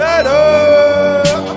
Better